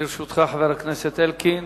לרשותך, חבר הכנסת אלקין,